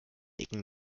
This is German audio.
ecken